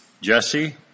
Jesse